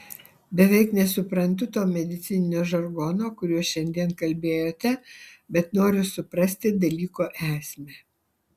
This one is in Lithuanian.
beveik nesuprantu to medicininio žargono kuriuo šiandien kalbėjote bet noriu suprasti dalyko esmę